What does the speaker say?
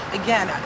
again